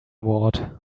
ward